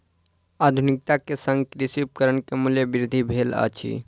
आधुनिकता के संग कृषि उपकरण के मूल्य वृद्धि भेल अछि